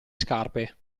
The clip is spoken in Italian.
scarpe